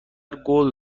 قول